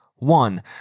One